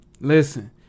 Listen